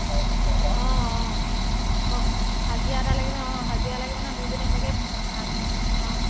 অঁ অঁ আকৌ হাজিৰা এটা লাগিব অঁ হাজিৰা লাগিব ন দুইজনী সেনেকে অঁ